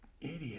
idiot